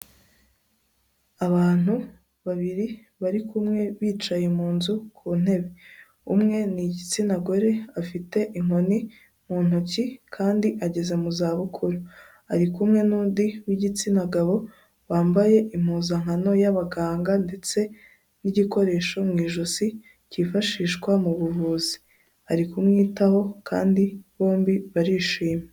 Abantu babiri bari kumwe bicaye mu nzu ku ntebe, umwe ni igitsina gore afite inkoni mu ntoki kandi ageze mu za bukuru ari kumwe n'undi w'igitsina gabo wambaye impuzankano y'abaganga ndetse n'igikoresho mu ijosi cyifashishwa mu buvuzi ari kumwitaho kandi bombi barishimye.